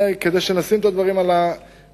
זה כדי שנשים את הדברים על השולחן.